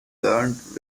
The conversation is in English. learned